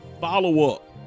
follow-up